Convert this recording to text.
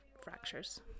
fractures